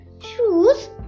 shoes